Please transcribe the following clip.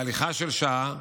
בהליכה של שעה,